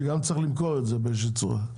שגם צריך למכור את זה באיזושהי צורה.